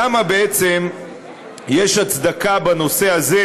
למה בעצם יש הצדקה בנושא הזה